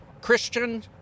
Christian